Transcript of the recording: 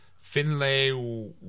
Finlay